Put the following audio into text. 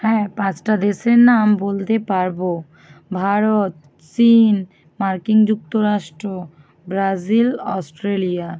হ্যাঁ পাঁচটা দেশের নাম বলতে পারব ভারত চীন মার্কিন যুক্তরাষ্ট্র ব্রাজিল অস্ট্রেলিয়া